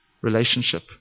relationship